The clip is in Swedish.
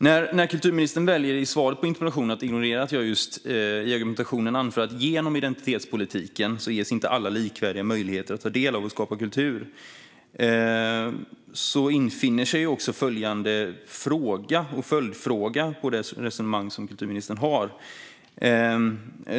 I svaret på interpellationen väljer ministern att ignorera att jag anfört att genom identitetspolitiken ges inte alla likvärdiga möjligheter att ta del av och skapa kultur.